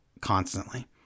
constantly